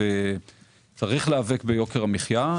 וצריך להיאבק ביוקר המחייה.